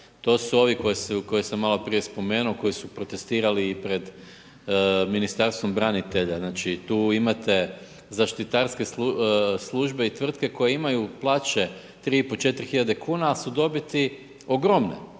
to su ovi koje sam malo prije spomenuo koji su protestirali i pred Ministarstvom branitelja. Znači tu imate zaštitarske službe i tvrtke koje imaju plaće 3,5, 4 tisuće kuna ali su dobiti ogromne,